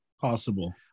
possible